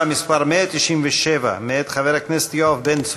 מס' 197 מאת חבר הכנסת יואב בן צור.